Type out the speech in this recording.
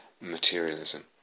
materialism